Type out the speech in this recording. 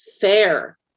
fair